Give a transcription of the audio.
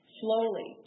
slowly